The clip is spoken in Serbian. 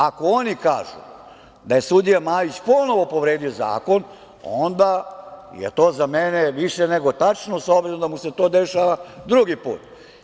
Ako, oni kažu da je sudija Majić ponovo povredio zakon, onda je to za mene više nego tačno, s obzirom da mu se to dešava drugi put.